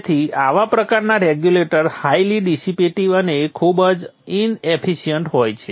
તેથી આવા પ્રકારના રેગ્યુલેટર હાઈલી ડિસિપેટિવ અને ખૂબ જ ઇનએફિશન્ટ હોય છે